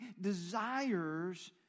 desires